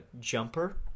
Jumper